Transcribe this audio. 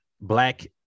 black